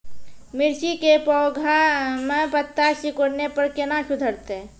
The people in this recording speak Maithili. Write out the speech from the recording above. मिर्ची के पौघा मे पत्ता सिकुड़ने पर कैना सुधरतै?